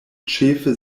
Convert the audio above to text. ĉefe